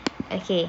okay